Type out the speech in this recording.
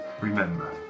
remember